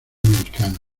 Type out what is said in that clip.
americano